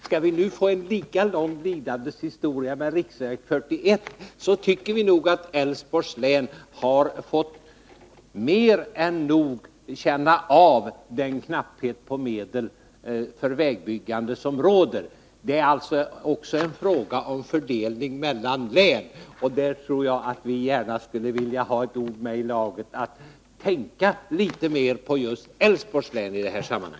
Skall vi nu få en lika lång lidandes historia med riksväg 41, tycker vi nog att Älvsborgs län mer än nog fått känna av den knapphet på medel för vägbyggande som råder. Det är också en fråga om fördelningen mellan länen. Vi skulle gärna vilja att man i detta sammanhang tänkte litet mer på just Älvsborgs län.